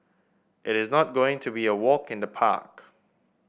it is not going to be a walk in the park